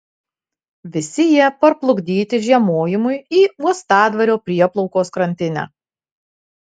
visi jie parplukdyti žiemojimui į uostadvario prieplaukos krantinę